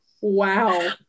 Wow